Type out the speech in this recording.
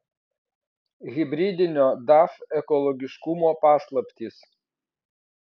hibridinio daf ekologiškumo paslaptys